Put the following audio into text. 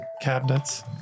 cabinets